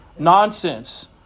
Nonsense